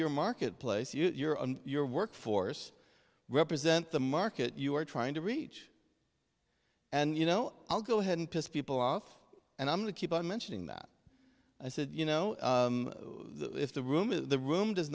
your market place you're on your workforce represent the market you're trying to reach and you know i'll go ahead and piss people off and i'm to keep on mentioning that i said you know if the room in the room does